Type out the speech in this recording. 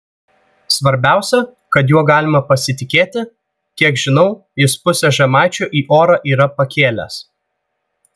svarbiausia kad juo galima pasitikėti kiek žinau jis pusę žemaičių į orą yra pakėlęs